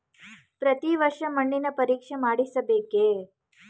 ಪ್ರತಿ ವರ್ಷ ಮಣ್ಣಿನ ಪರೀಕ್ಷೆ ಮಾಡಿಸಬೇಕೇ?